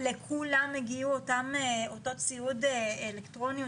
לכולם הגיע אותו ציוד אלקטרוני,